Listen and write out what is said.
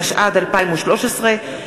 התשע"ד 2013,